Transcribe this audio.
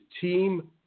team